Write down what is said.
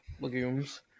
legumes